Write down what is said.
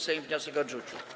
Sejm wniosek odrzucił.